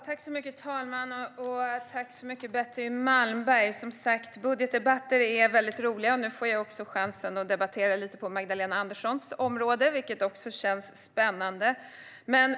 Fru talman! Tack så mycket, Betty Malmberg! Budgetdebatter är som sagt väldigt roliga, och nu får jag också chansen att debattera lite på Magdalena Anderssons område, vilket känns spännande.